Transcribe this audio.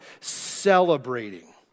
celebrating